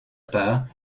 part